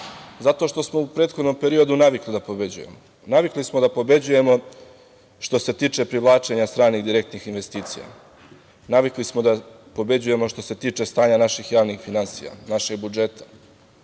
zato što smo u prethodnom periodu navikli da pobeđujemo. Navikli smo da pobeđujemo što se tiče privlačenja stranih direktnih investicija. Navikli smo da pobeđujemo što se tiče stanja naših javnih finansija, našeg budžeta.